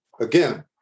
Again